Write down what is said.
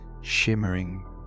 shimmering